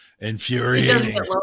infuriating